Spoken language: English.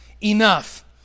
enough